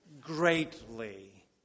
greatly